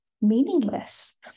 meaningless